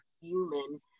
human